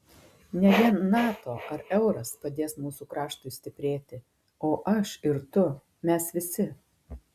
ne vien nato ar euras padės mūsų kraštui stiprėti o aš ir tu mes visi